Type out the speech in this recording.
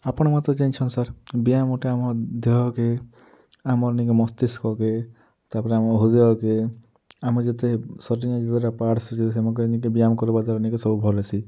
ଆପଣ ମାନେ ତ ଜାଣିଛନ୍ ସାର୍ ବିୟାମ୍ ଗୁଟେ ଆମର୍ ଦିହକେ ଆମର୍ ନିକେ ମସ୍ତିଷ୍କକେ ତା'ପରେ ଆମର୍ ହୃଦୟକେ ଆମର୍ ଯେତେ ଶରୀରନେ ଯେତେଟା ପାର୍ଟ୍ସ୍ ଅଛେ ସେମାନକେ ନିକେ ବିୟାମ୍ କରବା ଦ୍ବାରା ନିକେ ସବୁ ଭଲ୍ ହେସି